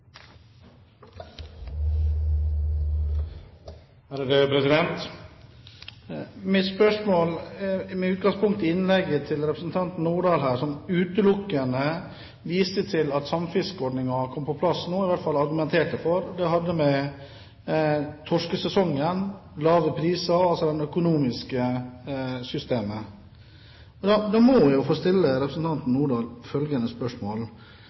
blir replikkordskifte. Mitt spørsmål tar utgangspunkt i innlegget fra representanten Lange Nordahl, der hun viste til at det at samfiskeordningen burde komme på plass nå – i hvert fall argumenterte hun slik – utelukkende hadde med torskesesongen og lave priser, altså det økonomiske systemet, å gjøre. Da må jeg få stille representanten Lange Nordahl følgende spørsmål: